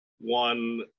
one